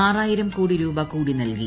ആറായിരം കോടി രൂപ കൂടി നൽകി